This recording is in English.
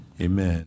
Amen